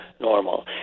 normal